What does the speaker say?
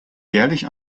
jährlich